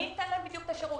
מי ייתן להם את השירות?